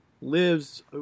lives